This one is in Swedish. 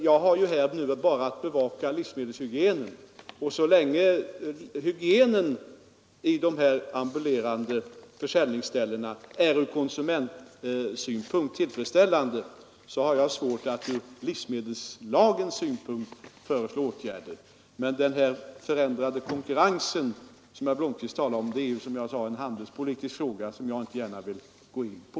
Jag har bara att bevaka livsmedelshygienen, och så länge hygienen på de ambulerande försäljningsställena är tillfredsställande ur konsumentsynpunkt har jag svårt att med stöd av livsmedelslagen föreslå åtgärder. Den förändrade konkurrensen, som herr Blomkvist talade om, är som sagt en handelspolitisk fråga, som jag inte gärna vill gå in på.